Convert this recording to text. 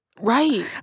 Right